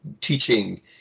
teaching